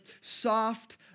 soft